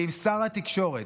ואם שר התקשורת